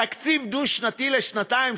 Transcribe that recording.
תקציב דו-שנתי לשנתיים,